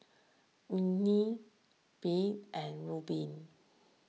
Emely Beth and Reubin